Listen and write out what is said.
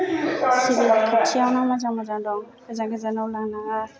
सिभिलाव खाथियावनो मोजां मोजां दं गोजान गोजानाव लांनाङा